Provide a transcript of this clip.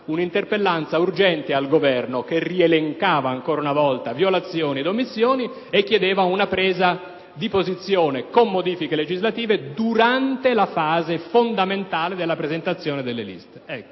un'interpellanza urgente al Governo che rielencava ancora una volta le violazioni e le omissioni e chiedeva una presa di posizione con modifiche legislative durante la fase fondamentale della presentazione delle liste.